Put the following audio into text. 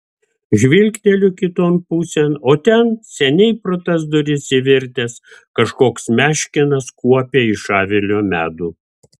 žvilgteliu kiton pusėn o ten seniai pro tas duris įvirtęs kažkoks meškinas kuopia iš avilio medų